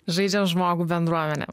žaidžiam žmogų bendruomenė